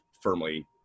firmly